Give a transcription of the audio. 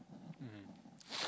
mm